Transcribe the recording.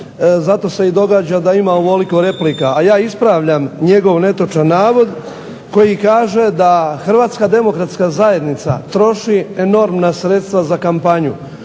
zato se i događa da ima ovoliko replika. A ja ispravljam njegov netočan navod koji kaže da Hrvatska demokratska zajednica troši enormna sredstva za kampanju,